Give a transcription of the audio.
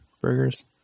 burgers